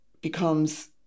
becomes